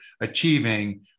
achieving